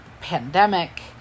pandemic